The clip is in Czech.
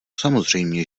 samozřejmě